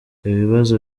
ibibazo